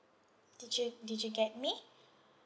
did you did you get me